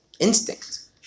instinct